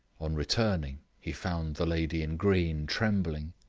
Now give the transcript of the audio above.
on returning, he found the lady in green trembling.